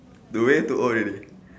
the way too old already